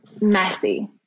messy